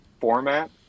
format